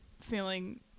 feeling